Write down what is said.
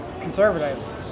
conservatives